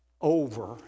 over